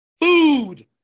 Food